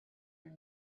your